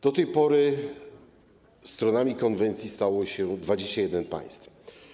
Do tej pory stronami konwencji stało się 21 państw.